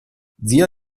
zia